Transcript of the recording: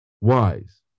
wise